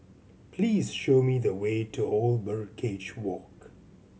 please show me the way to Old Birdcage Walk